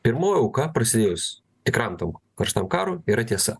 pirmoji auka prasidėjus tikram tam karštam karui yra tiesa